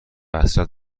حسرت